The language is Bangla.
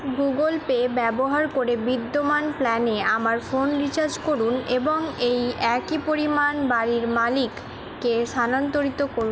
গুগল পে ব্যবহার করে বিদ্যমান প্ল্যানে আমার ফোন রিচার্জ করুন এবং এই একই পরিমাণ বাাড়ির মালিককে স্থানান্তরিত করুন